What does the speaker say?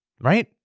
right